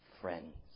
friends